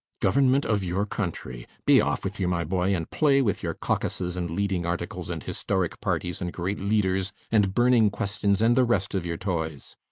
government of your country! be off with you, my boy, and play with your caucuses and leading articles and historic parties and great leaders and burning questions and the rest of your toys.